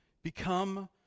Become